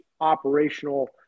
operational